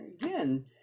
Again